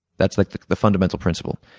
that's like the the fundamental principle.